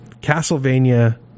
castlevania